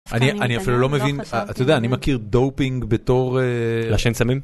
אני אני אפילו לא מבין בכלל אתה יודע אני מכיר דופינג בתור לעשן סמים.